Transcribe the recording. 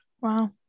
Wow